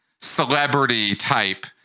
celebrity-type